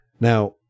Now